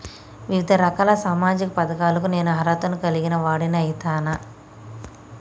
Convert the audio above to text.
వివిధ రకాల సామాజిక పథకాలకు నేను అర్హత ను కలిగిన వాడిని అయితనా?